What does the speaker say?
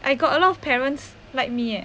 I got a lot of parents like me eh